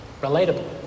relatable